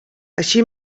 així